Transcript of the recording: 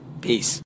Peace